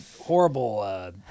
horrible